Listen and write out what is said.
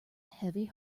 heavy